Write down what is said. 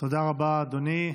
תודה רבה, אדוני.